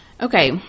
Okay